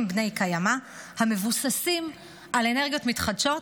בני-קיימא המבוססים על אנרגיות מתחדשות,